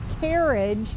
carriage